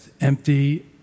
empty